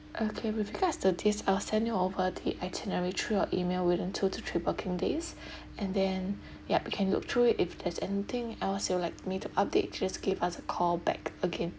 okay with regards to this I'll send you over the itinerary through your email within two to three working days and then yup you can look through if there's anything else you'd like me to update just give us a call back again